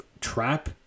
trap